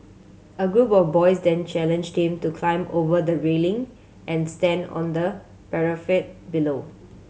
a group of boys then challenged him to climb over the railing and stand on the parapet below